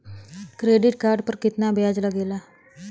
Credit card पर कितना ब्याज लगेला?